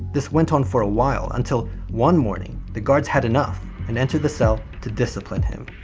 this went on for a while, until one morning, the guards had enough and entered the cell to discipline him.